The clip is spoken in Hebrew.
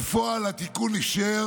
בפועל, התיקון אפשר